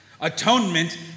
Atonement